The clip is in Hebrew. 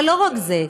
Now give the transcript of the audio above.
אבל לא רק זה.